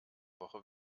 woche